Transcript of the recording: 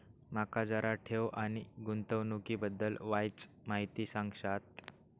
माका जरा ठेव आणि गुंतवणूकी बद्दल वायचं माहिती सांगशात?